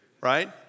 right